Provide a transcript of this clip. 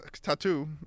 tattoo